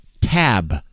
tab